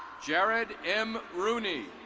gerard m. rooney,